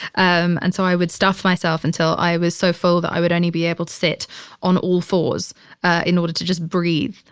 um and so i would stuff myself until i was so full that i would only be able to sit on all fours in order to just breathe,